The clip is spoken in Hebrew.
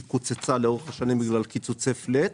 היא קוצצה לאורך השנים בגלל קיצוצי פלט,